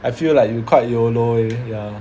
I feel like you quite YOLO eh ya